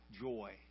joy